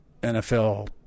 NFL